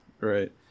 Right